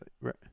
right